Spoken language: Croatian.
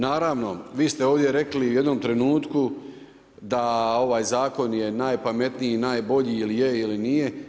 Naravno, vi ste ovdje rekli u jednom trenutku da ovaj zakon je najpametniji i najbolji ili je, ili nije.